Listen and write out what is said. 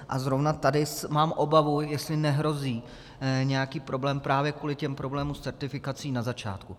A zrovna tady mám obavu, jestli nehrozí nějaký problém právě kvůli těm problémům s certifikací na začátku.